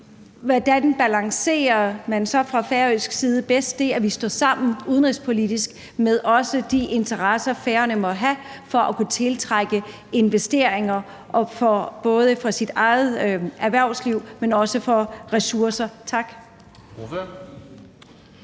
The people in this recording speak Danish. Hvordan balancerer man så fra færøsk side bedst det, at vi står sammen udenrigspolitisk, med de interesser, Færøerne måtte have for at kunne tiltrække investeringer, både for sit eget erhvervsliv, men også i forhold til ressourcer? Tak.